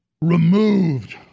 removed